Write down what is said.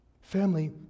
Family